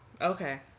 Okay